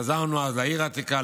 חזרנו אז לעיר העתיקה,